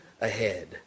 ahead